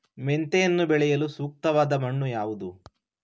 ಮೆಂತೆಯನ್ನು ಬೆಳೆಯಲು ಸೂಕ್ತವಾದ ಮಣ್ಣು ಯಾವುದು?